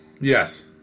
Yes